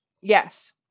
Yes